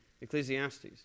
Ecclesiastes